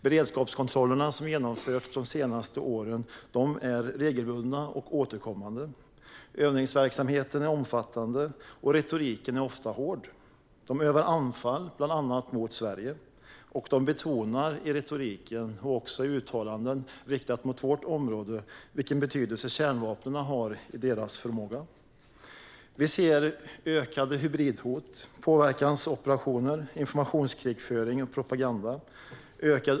De beredskapskontroller som har genomförts under de senaste åren är regelbundna och återkommande. Övningsverksamheten är omfattande, och retoriken är ofta hård. De övar anfall mot bland annat Sverige. I retoriken och i uttalanden riktade mot vårt område betonar de vilken betydelse kärnvapen har i deras förmåga. Vi ser ökade hybridhot, påverkansoperationer, informationskrigföring och propaganda.